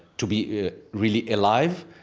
to be really alive,